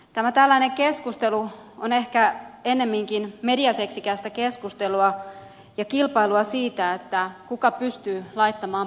tämä tällainen keskustelu on ehkä ennemminkin mediaseksikästä keskustelua ja kilpailua siitä kuka pystyy laittamaan paremmaksi